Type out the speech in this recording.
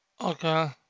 Okay